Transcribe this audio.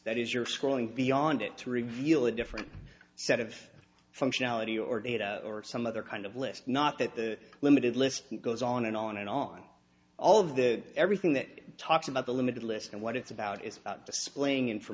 that is your scrolling beyond it to reveal a different set of functionality or data or some other kind of list not that the limited list goes on and on and on all of the everything that talks about the limited list and what it's about is about displaying infor